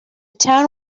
town